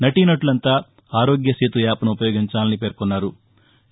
నటీనటులంతా ఆరోగ్య సేతు యాప్ను ఉపయోగించాలని పేర్కొంది